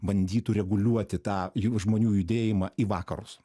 bandytų reguliuoti tą jų žmonių judėjimą į vakarus